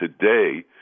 today